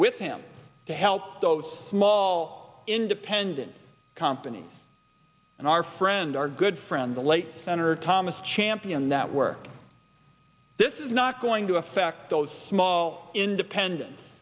with him to help those small independent companies and our friend our good friend the late senator thomas champion that work this is not going to affect those small independen